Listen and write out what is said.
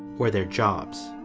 or their jobs.